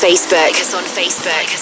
Facebook